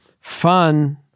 fun